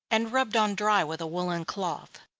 and rubbed on dry, with a woollen cloth.